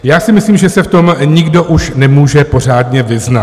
Já si myslím, že se v tom nikdo už nemůže pořádně vyznat.